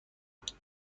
کارتم